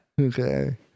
Okay